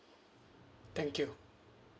thank you